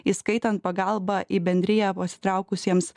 įskaitant pagalbą į bendriją pasitraukusiems